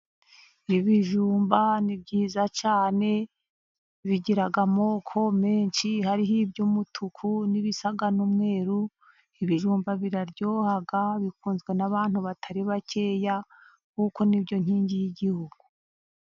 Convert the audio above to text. Ibijumba ni byiza cyane, bigira amoko menshi. Hari iby'umutuku n'ibisa n'umweru. Ibijumba biraryoha bikunzwe n'abantu batari bakeya, kuko ni byo nkingi y'Igihugu.